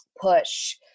push